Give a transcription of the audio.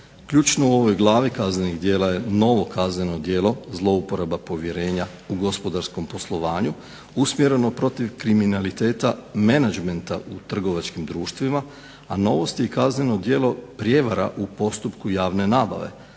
Ključno u ovoj glavi kaznenih djela je novo kazneno djelo zlouporaba povjerenja u gospodarskom poslovanju usmjereno protiv kriminaliteta menadžmenta u trgovačkim društvima, a novost je i kazneno djelo prijevara u postupku javne nabave